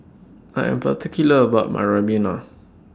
I Am particular about My Ribena